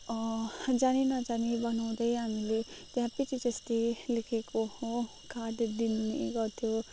जानी नजानी बनाउँदै हामीले ह्यापी टिचर्स डे लेखेको हो कार्डहरू दिने गर्थ्यो